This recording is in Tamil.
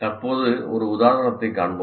தற்போது ஒரு உதாரணத்தைக் காண்போம்